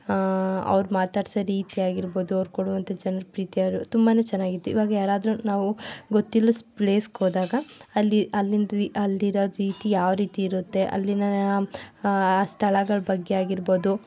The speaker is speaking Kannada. ಅವರು ಮಾತಾಡಿಸೋ ರೀತಿ ಆಗಿರ್ಬೋದು ಅವರು ಕೊಡೋವಂಥ ಜನರ ಪ್ರೀತಿ ತುಂಬನೇ ಚೆನ್ನಾಗಿತ್ತು ಈವಾಗ ಯಾರಾದರೂ ನಾವು ಗೊತ್ತಿಲ್ಲದ ಪ್ಲೇಸ್ಗೆ ಹೋದಾಗ ಅಲ್ಲಿ ಅಲ್ಲಿನ ರೀ ಅಲ್ಲಿನ ರೀತಿ ಯಾವ ರೀತಿ ಇರುತ್ತೆ ಅಲ್ಲಿನ ಆ ಸ್ಥಳಗಳ ಬಗ್ಗೆ ಆಗಿರ್ಬೋದು